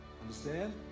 Understand